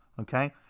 okay